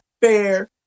fair